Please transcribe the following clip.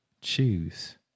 Choose